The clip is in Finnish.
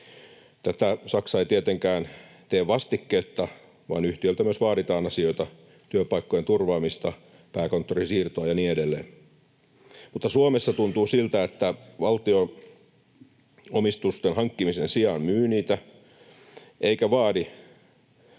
Tätä Saksa ei tietenkään tee vastikkeetta, vaan yhtiöltä myös vaaditaan asioita, työpaikkojen turvaamista, pääkonttorin siirtoa ja niin edelleen. Mutta Suomessa tuntuu siltä, että valtio omistusten hankkimisen sijaan myy niitä eikä vaadi vastiketta